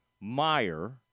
Meyer